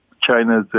China's